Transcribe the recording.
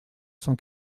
cent